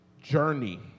journey